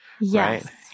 Yes